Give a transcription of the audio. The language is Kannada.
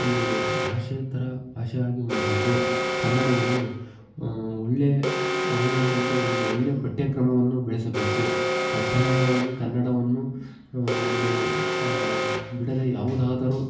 ಒಂದು ಭಾಷೆಯ ಥರ ಭಾಷೆಯಾಗಿ ಮಾಡಬೇಕು ಕನ್ನಡವನ್ನು ಒಳ್ಳೆಯ ಒಳಗೊಂಡಂತೆ ಒಂದು ಒಳ್ಳೆಯ ಪಠ್ಯಕ್ರಮವನ್ನು ಬೆಳೆಸಬೇಕು ಕಡ್ಡಾಯವಾಗಿ ಕನ್ನಡವನ್ನು ಒಂದೂ ಬಿಡದೆ ಯಾವುದಾದರು